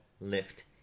lift